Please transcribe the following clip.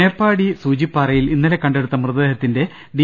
മേപ്പാടി സൂചിപ്പാറയിൽ ഇന്നലെ കണ്ടെടുത്ത മൃതദേഹത്തിന്റെ ഡി